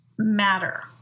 matter